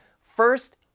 First